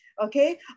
Okay